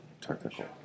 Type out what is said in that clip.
technical